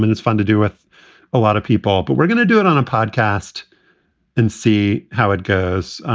and it's fun to do with a lot of people, but we're gonna do it on a podcast and see how it goes.